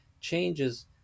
changes